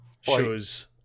shows